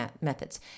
methods